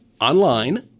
online